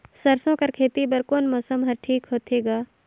सरसो कर खेती बर कोन मौसम हर ठीक होथे ग?